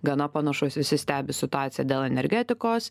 gana panašus visi stebi situaciją dėl energetikos